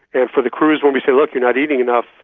and for the crews when we say, look, you're not eating enough,